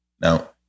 Now